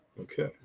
Okay